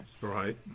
Right